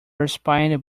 inspired